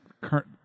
current